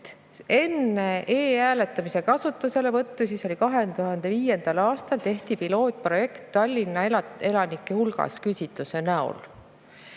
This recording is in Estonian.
enne e‑hääletamise kasutuselevõttu, see oli 2005. aastal, tehti pilootprojekt Tallinna elanike hulgas küsitluse näol.